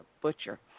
Butcher